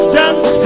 dance